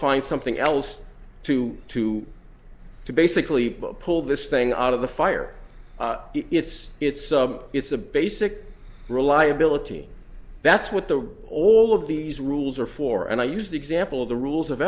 find something else to to to basically pull this thing out of the fire it's it's it's a basic reliability that's what the all of these rules are for and i use the example of the rules of